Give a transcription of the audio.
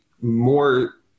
more